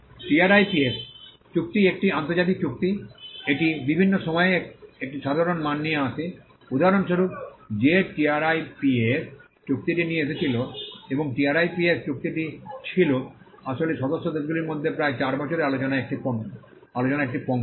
TRIPS চুক্তি একটি আন্তর্জাতিক চুক্তি এটি বিভিন্ন বিষয়ে একটি সাধারণ মান নিয়ে আসে উদাহরণস্বরূপ যে টিআরআইপিএস চুক্তিটি নিয়ে এসেছিল এবং টিআরআইপিএস চুক্তিটি ছিল আসলে সদস্য দেশগুলির মধ্যে প্রায় 8 বছরের আলোচনার একটি পণ্য